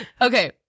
Okay